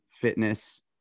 fitness